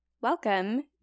Welcome